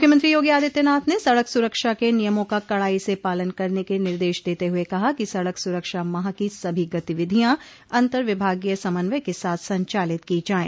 मुख्यमंत्री योगी आदित्यनाथ ने सड़क सुरक्षा के नियमों का कड़ाई से पालन करने के निर्देश देते हुए कहा कि सड़क सुरक्षा माह की सभी गतिविधियां अंतर्विभागीय समन्वय के साथ संचालित की जायें